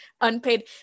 unpaid